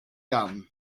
iawn